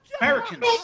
Americans